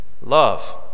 love